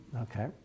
Okay